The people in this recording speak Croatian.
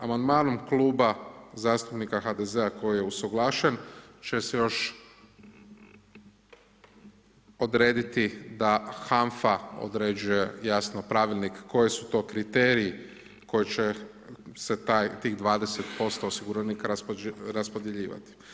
Amandmanom Kluba zastupnika HDZ-a koji je usuglašen će se još odrediti da HANFA određuje jasno pravilnik koji su to kriteriji koji će se taj, tih 20% osiguranika raspodjeljivati.